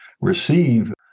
receive